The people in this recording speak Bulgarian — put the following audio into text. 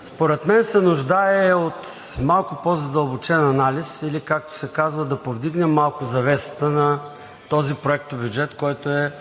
според мен се нуждае от малко по-задълбочен анализ или, както се казва, да повдигнем малко завесата на този проектобюджет, който е